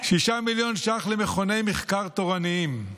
6 מיליון ש"ח למכוני מחקר תורניים,